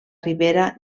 ribera